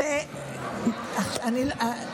אז עכשיו הכול נעלם.